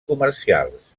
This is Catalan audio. comercials